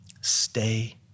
Stay